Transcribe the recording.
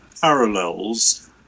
parallels